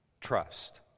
trust